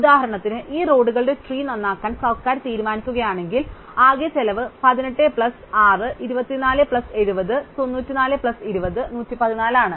ഉദാഹരണത്തിന് ഈ റോഡുകളുടെ ട്രീ നന്നാക്കാൻ സർക്കാർ തീരുമാനിക്കുകയാണെങ്കിൽ ആകെ ചെലവ് 18 പ്ലസ് 6 24 പ്ലസ് 70 94 പ്ലസ് 20 114 ആണ്